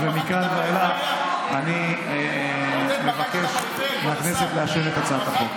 מכאן ואילך, אני מבקש מהכנסת לאשר את הצעת החוק.